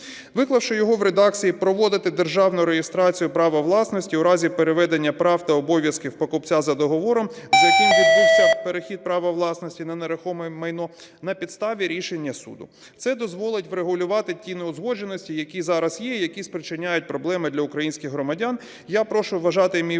виклавши його в редакції: "Проводити державну реєстрацію права власності у разі переведення прав та обов'язків покупця за договором, за яким відбувся перехід права власності на нерухоме майно, на підставі рішення суду". Це дозволить врегулювати ті неузгодженості, які зараз є, які спричиняють проблеми для українських громадян. Я прошу вважати мій виступ